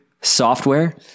software